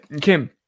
Kim